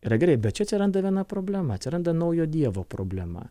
yra gerai bet čia atsiranda viena problema atsiranda naujo dievo problema